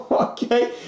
Okay